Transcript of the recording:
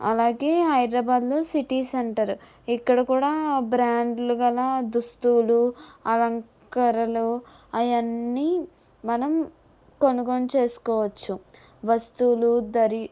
అలాగే హైదరాబాదులో city centre ఇక్కడ కూడా బ్రాండ్లు గల దుస్తులు అలంకరలు అయన్ని మనం కొనుగోలు చేసుకోవచ్చు వస్తువులు దరి